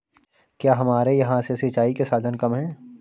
क्या हमारे यहाँ से सिंचाई के साधन कम है?